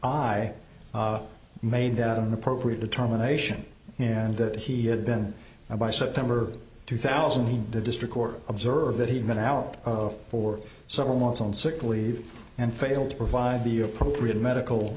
i made that inappropriate determination and that he had been and by september two thousand the district observe that he had been out for several months on sick leave and failed to provide the appropriate medical